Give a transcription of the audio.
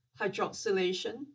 hydroxylation